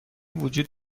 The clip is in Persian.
وجود